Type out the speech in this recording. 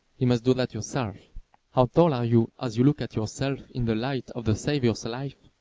you must do that yourself. how tall are you as you look at yourself in the light of the saviour's life?